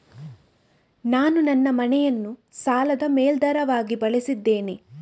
ನಾನು ನನ್ನ ಮನೆಯನ್ನು ಸಾಲದ ಮೇಲಾಧಾರವಾಗಿ ಬಳಸಿದ್ದೇನೆ